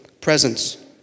presence